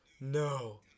No